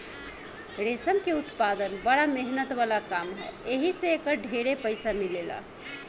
रेशम के उत्पदान बड़ा मेहनत वाला काम ह एही से एकर ढेरे पईसा मिलेला